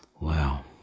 Wow